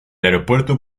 aeropuerto